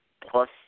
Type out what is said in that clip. plus